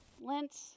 Lent